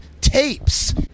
Tapes